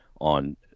on